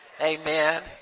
amen